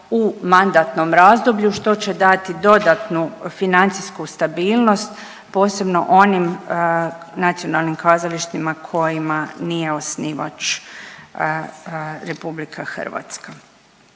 u mandatnom razdoblju što će dati dodatnu financijsku stabilnost, posebno onim nacionalnim kazalištima kojima nije osnivač RH. Na kraju